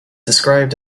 described